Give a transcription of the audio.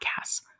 Podcasts